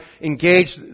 engage